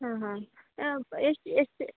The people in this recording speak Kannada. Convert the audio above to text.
ಹಾಂ ಹಾಂ ಎಷ್ಟು ಎಷ್ಟು